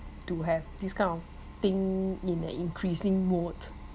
to have this kind of thing in a increasing mode